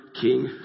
King